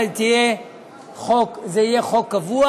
אלא שזה יהיה חוק קבוע.